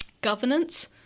governance